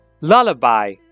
lullaby